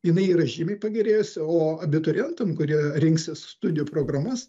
jinai yra žymiai pagerėjusi o abiturientam kurie rinksis studijų programas